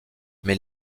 mais